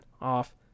off